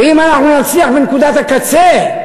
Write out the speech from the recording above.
ואם אנחנו נצליח בנקודת הקצה,